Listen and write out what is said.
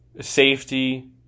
safety